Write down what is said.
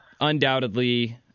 undoubtedly